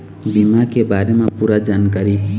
बीमा के बारे म पूरा जानकारी?